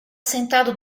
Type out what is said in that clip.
sentado